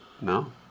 No